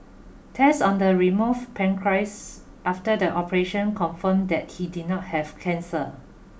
tests on the removed pancreas after the operation confirmed that he did not have cancer